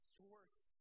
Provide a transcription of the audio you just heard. source